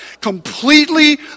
completely